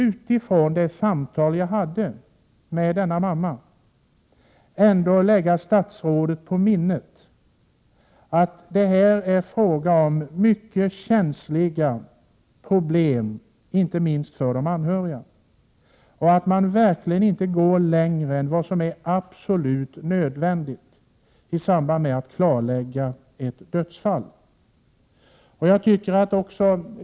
Mot bakgrund av det samtal jag hade med denna mamma vill jag ändå att statsrådet skall lägga på minnet att det är fråga om mycket känsliga problem, inte minst för de anhöriga. Man bör verkligen inte gå längre än vad som är absolut nödvändigt för att klarlägga ett dödsfall.